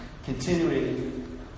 Continuing